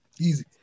Easy